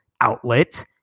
outlet